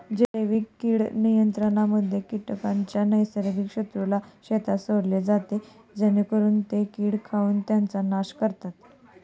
जैविक कीड नियंत्रणामध्ये कीटकांच्या नैसर्गिक शत्रूला शेतात सोडले जाते जेणेकरून ते कीटक खाऊन त्यांचा नाश करतात